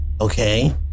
Okay